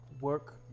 work